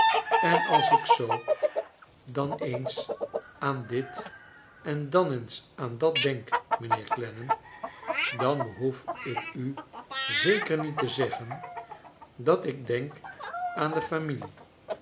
en als ik zoo dan eens aan dit en dan eens aan dat denk mijnheer clennam dan behoef ik u zeker niet te zeggen dat ik denk aan de familie